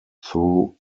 through